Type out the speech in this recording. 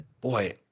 boy